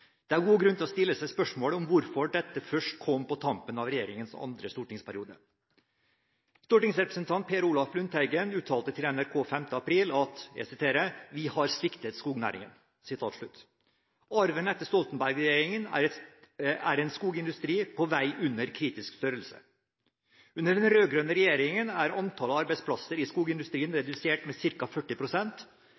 Det er god grunn til å stille seg spørsmålet om hvorfor dette først kom på tampen av regjeringens andre stortingsperiode. Stortingsrepresentant Per Olaf Lundteigen uttalte til NRK 5. april: «Vi har sviktet skognæringa.» Arven etter Stoltenberg-regjeringen er en skogindustri på vei under kritisk størrelse. Under den rød-grønne regjeringen er antallet arbeidsplasser i skogindustrien